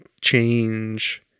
change